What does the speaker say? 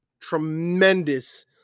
Tremendous